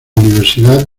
universidad